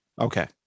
Okay